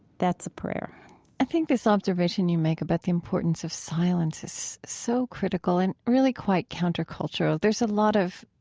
that's a prayer i think this observation you make about the importance of silence is so critical and really quite countercultural. there's a lot of,